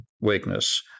weakness